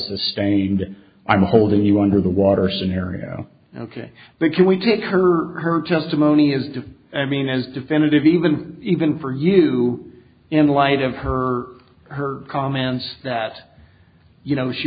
sustained i'm holding you under the water scenario ok but can we take her or her testimony as to i mean as definitive even even for you in light of her her comments that you know she